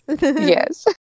Yes